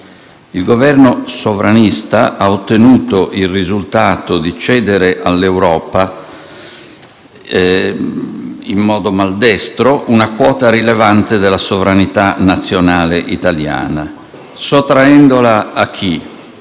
Il Governo sovranista ha ottenuto il risultato di cedere all'Europa in modo maldestro una quota rilevante della sovranità nazionale italiana sottraendola a chi?